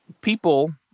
people